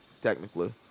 technically